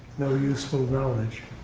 you know useful knowledge?